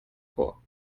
chor